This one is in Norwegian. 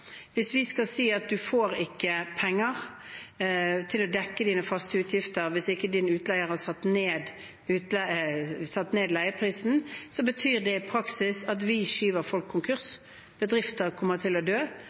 Hvis vi skal si at de ikke får penger til å dekke sine faste utgifter hvis utleierne ikke har satt ned leieprisen, betyr det i praksis at vi gjør folk konkurs. Bedrifter kommer til å dø.